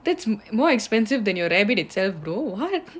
that's more expensive than your rabbit itself though what